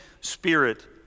spirit